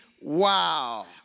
wow